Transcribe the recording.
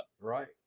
Right